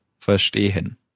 Verstehen